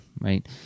right